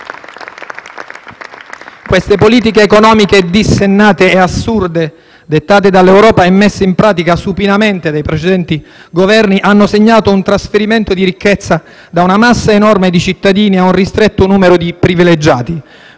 Queste politiche economiche dissennate e assurde dettate dall'Europa e messe in pratica supinamente dei precedenti Governi hanno segnato un trasferimento di ricchezza da una massa enorme di cittadini a un ristretto numero di privilegiati.